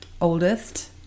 oldest